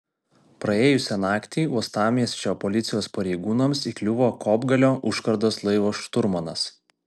praėjusią naktį uostamiesčio policijos pareigūnams įkliuvo kopgalio užkardos laivo šturmanas